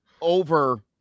over